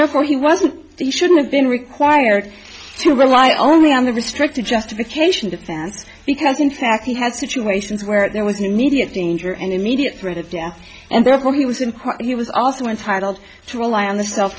therefore he wasn't he shouldn't have been required to rely only on the restricted justification defense because in fact he had situations where there was an immediate danger and immediate threat of death and therefore he was in court he was also entitled to rely on the self